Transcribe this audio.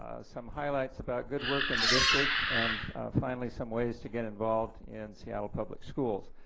some highlights about good work in the district and finally some ways to get involved in seattle public schools.